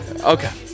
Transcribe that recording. Okay